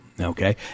okay